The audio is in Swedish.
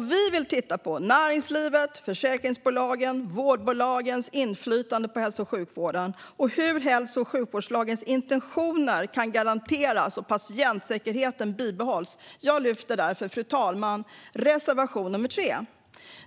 Vi vill titta på näringslivets, försäkringsbolagens och vårdbolagens inflytande på hälso och sjukvården och hur hälso och sjukvårdslagens intentioner kan garanteras och patientsäkerheten bibehållas. Fru talman! Jag lyfter därför, och yrkar bifall till, reservation nr 3.